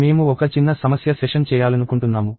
మేము ఒక చిన్న సమస్య సెషన్ చేయాలనుకుంటున్నాము